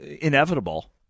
inevitable